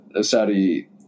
Saudi